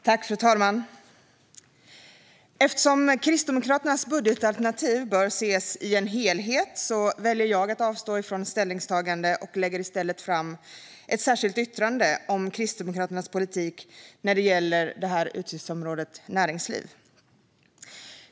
Fru talman! Eftersom Kristdemokraternas budgetalternativ bör ses i en helhet väljer jag att avstå från ställningstagande. Vi lägger i stället fram ett särskilt yttrande om Kristdemokraternas politik när det gäller utgiftsområdet Näringsliv.